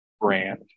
brand